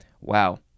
Wow